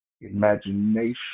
imagination